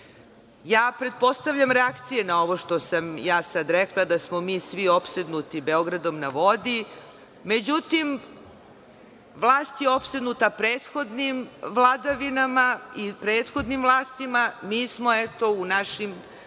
Pretpostavljam reakcije na ovo što sam ja sada rekla da smo mi svi opsednuti „Beogradom na vodi“, međutim vlast je opsednuta prethodnim vladavinama i prethodnim vlastima, mi smo u našim